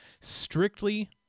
strictly